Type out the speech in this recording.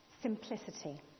Simplicity